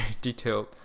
detailed